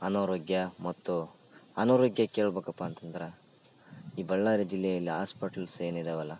ಅನಾರೋಗ್ಯ ಮತ್ತು ಅನಾರೋಗ್ಯ ಕೇಳ್ಬೇಕಪ್ಪ ಅಂತಂದ್ರೆ ಈ ಬಳ್ಳಾರಿ ಜಿಲ್ಲೆಯಲ್ಲಿ ಆಸ್ಪೇಟ್ಲ್ಸ್ ಏನಿದಾವಲ್ಲ